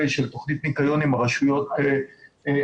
של תכנית ניקיון עם הרשויות המקומיות,